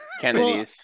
Kennedy's